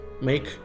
make